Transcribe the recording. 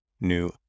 new